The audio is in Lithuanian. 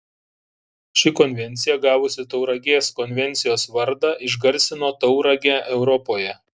ši konvencija gavusi tauragės konvencijos vardą išgarsino tauragę europoje